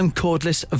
cordless